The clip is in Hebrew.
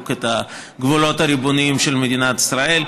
את הגבולות הריבוניים של מדינת ישראל.